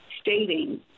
stating